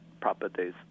properties